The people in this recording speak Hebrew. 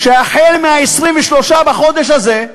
שהחל מ-23 בחודש הזה,